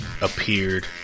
Appeared